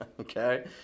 okay